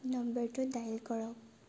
নম্বৰটো ডায়েল কৰক